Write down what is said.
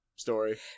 Story